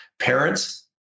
Parents